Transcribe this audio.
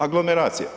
Aglomeracija.